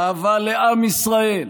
אהבה לעם ישראל,